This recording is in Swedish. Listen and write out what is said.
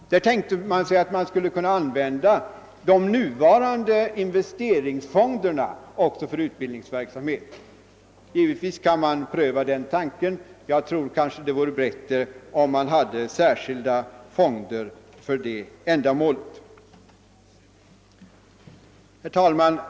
Där tänkte man sig att de nuvarande investeringsfonderna skulle kunna användas också för utbildningsverksamhet. Givetvis kan man pröva den tanken. Jag tror dock att det vore bättre att ha särskilda fonder för det ändamålet. Herr talman!